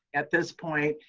at this point,